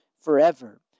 forever